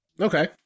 Okay